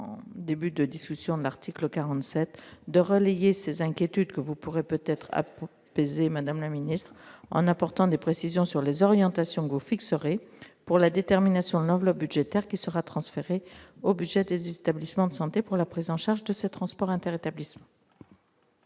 il m'a semblé important de relayer ces inquiétudes. Vous pourrez peut-être les apaiser en apportant des précisions sur les orientations que vous fixerez pour la détermination de l'enveloppe budgétaire qui sera transférée au budget des établissements de santé pour la prise en charge des transports inter-établissements.